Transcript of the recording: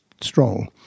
strong